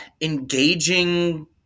engaging